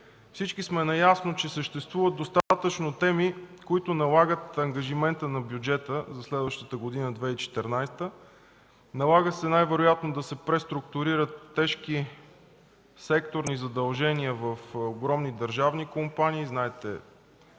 Всички сме наясно, че съществуват достатъчно теми, които налагат ангажимента на бюджета за следващата година 2014 г. Налага се най-вероятно да се преструктурират тежки секторни задължения в огромни държавни компании